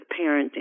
parenting